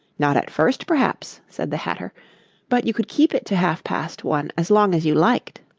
not at first, perhaps said the hatter but you could keep it to half-past one as long as you liked